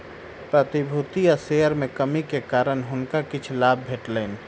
प्रतिभूति आ शेयर में कमी के कारण हुनका किछ लाभ भेटलैन